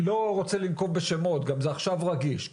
לא רוצה לנקוב בשמות, זה גם עכשיו רגיש.